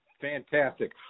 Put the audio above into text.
Fantastic